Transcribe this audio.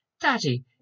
Daddy